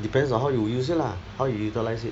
depends on how you use it lah how you utilise it